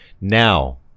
Now